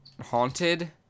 haunted